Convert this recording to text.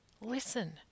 Listen